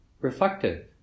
reflective